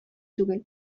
түгел